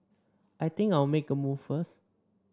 I think I'll make a move first